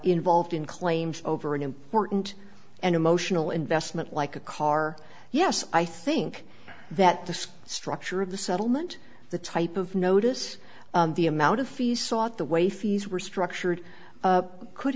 involved in claims over an important and emotional investment like a car yes i think that the structure of the settlement the type of notice the amount of fees sought the way fees were structured could